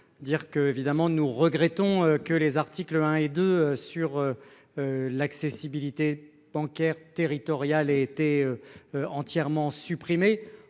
évidemment nous regrettons que les articles 1 et 2 sur. L'accessibilité bancaire territoriale été. Entièrement supprimée